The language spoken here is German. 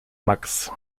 max